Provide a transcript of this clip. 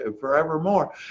forevermore